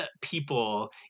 people